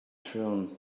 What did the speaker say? thrown